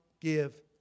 give